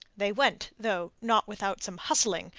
they went, though not without some hustling,